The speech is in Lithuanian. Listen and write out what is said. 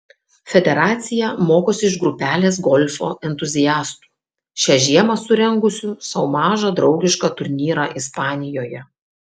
federacija mokosi iš grupelės golfo entuziastų šią žiemą surengusių sau mažą draugišką turnyrą ispanijoje